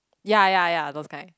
ya ya ya those kind